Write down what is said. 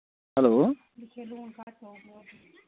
hello